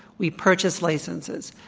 we purchase licenses.